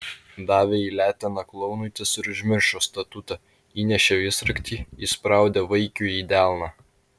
davė į leteną klounui tas ir užmiršo statutą įnešė visraktį įspraudė vaikiui į delną